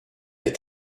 est